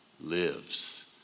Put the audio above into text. lives